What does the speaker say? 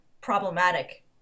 problematic